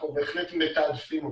אנחנו בהחלט מתעדפים אותו.